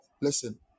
listen